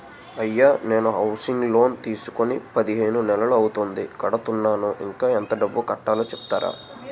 అయ్యా నేను housing loan తీసుకొని పదిహేను నెలలు అవుతోందిఎంత కడుతున్నాను, ఇంకా ఎంత డబ్బు కట్టలో చెప్తారా?